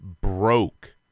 broke